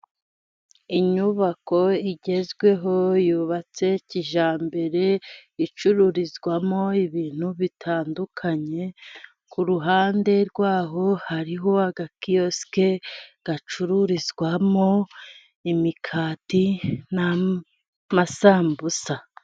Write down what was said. Inyubako igezweho yubatse kijyambere, icururizwamo ibintu bitandukanye ,ku ruhande rwaho hariho agakiyosike gacururizwamo imikati n'amasambusa.